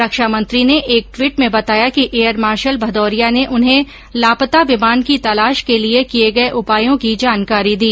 रक्षामंत्री ने एक ट्वीटे में बताया कि एयर मार्शल भदौरिया ने उन्हें लापता विमान की तलाश के लिए किये गये उपायों की जानकारी दी